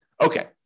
Okay